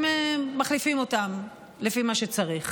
הם מחליפים אותם לפי מה שצריך,